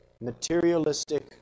materialistic